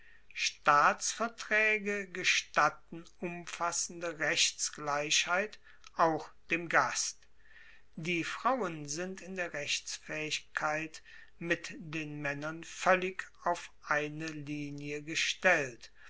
staatsvertraege gestatten umfassende rechtsgleichheit auch dem gast die frauen sind in der rechtsfaehigkeit mit den maennern voellig auf eine linie gestellt